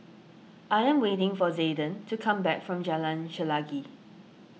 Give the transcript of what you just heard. I am waiting for Zayden to come back from Jalan Chelagi